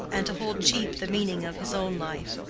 and to hold cheap the meaning of his own life.